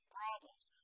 problems